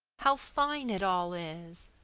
how fine it all is!